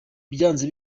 byanze